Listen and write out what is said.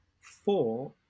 four